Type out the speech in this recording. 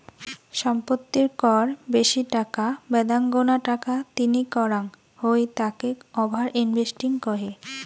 সম্পত্তির কর বেশি টাকা বেদাঙ্গনা টাকা তিনি করাঙ হই তাকে ওভার ইনভেস্টিং কহে